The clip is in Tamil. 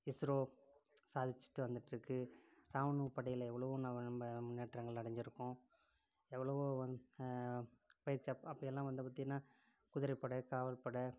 இஸ்ரோ சாதிச்சிட்டு வந்துட்டுருக்கு இராணுவ படையில் எவ்வளவோ நம்ம நம்ம முன்னேற்றங்கள் அடைஞ்சிருக்கோம் எவ்வளவோ பயிற்சி அப்போ எல்லாம் வந்து பார்த்திங்கனா குதிரைப் படை காவல் படை